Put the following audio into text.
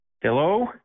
Hello